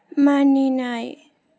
मानिनाय